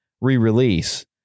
re-release